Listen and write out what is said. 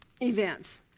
events